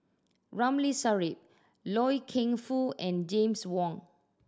Ramli Sarip Loy Keng Foo and James Wong